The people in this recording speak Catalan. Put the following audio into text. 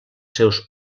seus